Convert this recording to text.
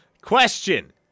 question